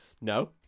no